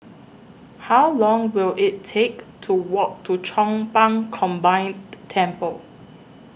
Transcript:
How Long Will IT Take to Walk to Chong Pang Combined Temple